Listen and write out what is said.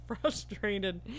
frustrated